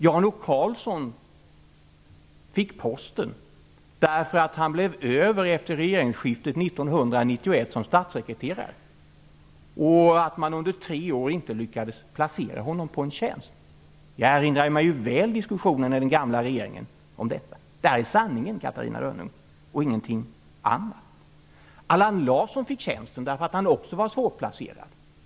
Jan O. Karlsson fick posten därför att han blev över som statssekreterare efter regeringsskiftet 1991 och därför att man under tre år inte lyckats placera honom på en tjänst. Jag erinrar mig väl diskussionerna om detta i den gamla regeringen. Det är sanningen och ingenting annat, Catarina Rönnung! Allan Larsson fick tjänsten därför att han också var svårplacerad.